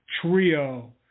trio